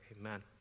amen